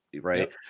right